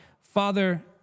Father